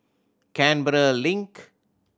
Canberra Link